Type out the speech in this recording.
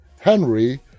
Henry